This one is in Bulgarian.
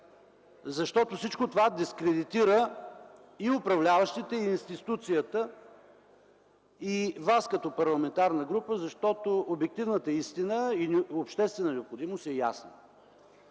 защото всичко това дискредитира и управляващите, и институцията, и вас като парламентарна група, защото обективната истина и обществена необходимост е ясна.